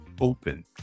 open